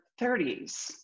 30s